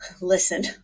Listen